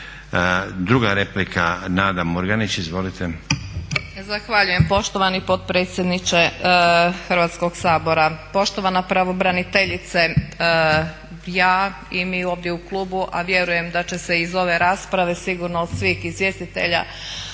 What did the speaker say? Druga replika, Nada Murganić. Izvolite.